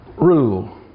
rule